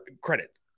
credit